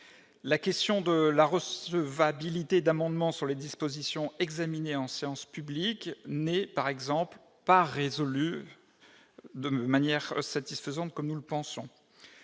la question de la recevabilité d'amendements sur les dispositions examiné en séance publique n'est par exemple pas résolu de manière satisfaisante, comme nous le pensons,